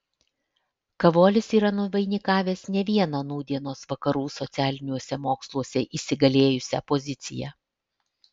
kavolis yra nuvainikavęs ne vieną nūdienos vakarų socialiniuose moksluose įsigalėjusią poziciją